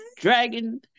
dragon